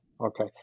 Okay